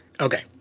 Okay